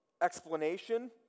Explanation